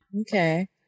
Okay